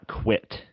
quit